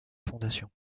fondation